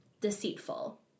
deceitful